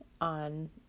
on